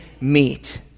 meet